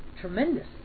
tremendous